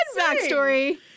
backstory